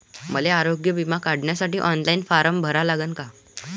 मले आरोग्य बिमा काढासाठी ऑनलाईन फारम भरा लागन का?